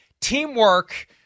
Teamwork